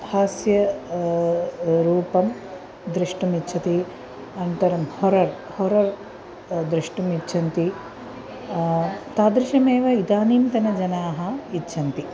हास्यं रूपं द्रष्टुम् इच्छति अन्तरं होर होरर द्रष्टुमिच्छन्ति तादृशमेव इदानीन्तनजनाः इच्छन्ति